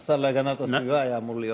גם השר להגנת הסביבה אמור להיות פה.